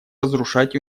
разрушать